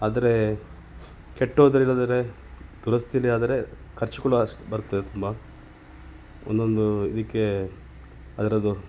ಆದರೆ ಕೆಟ್ಟು ಹೋದ್ರೆ ಇಲ್ಲದಿದ್ರೆ ದುರಸ್ತಿಲ್ಲಿ ಆದರೆ ಖರ್ಚು ಕೂಡ ಅಷ್ಟೇ ಬರ್ತದೆ ತುಂಬ ಒಂದೊಂದು ಇದಕ್ಕೆ ಅದರದು